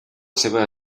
seva